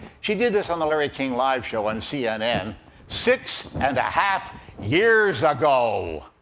she did this on the larry king live show on cnn six and a half years ago.